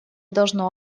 должно